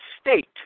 state